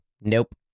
Nope